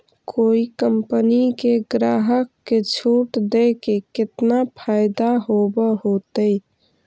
कोई कंपनी के ग्राहक के छूट देके केतना फयदा होब होतई?